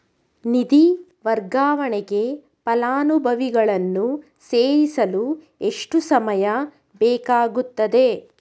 ನಿಧಿ ವರ್ಗಾವಣೆಗೆ ಫಲಾನುಭವಿಗಳನ್ನು ಸೇರಿಸಲು ಎಷ್ಟು ಸಮಯ ಬೇಕಾಗುತ್ತದೆ?